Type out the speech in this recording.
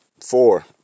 four